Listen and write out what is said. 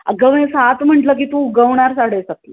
अगं मी सात म्हटलं की तू उगवणार साडेसातला